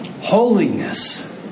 Holiness